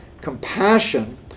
compassion